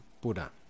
Buddha